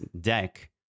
deck